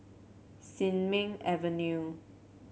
Sin Ming Avenue